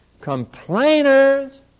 complainers